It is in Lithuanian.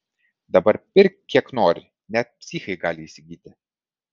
dabar pirk kiek nori net psichai gali įsigyti